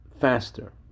faster